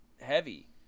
heavy